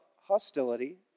hostility